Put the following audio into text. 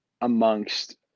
amongst